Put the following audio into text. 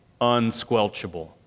unsquelchable